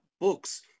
books